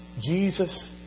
Jesus